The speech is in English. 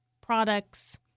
products